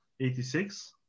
86